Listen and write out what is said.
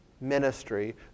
ministry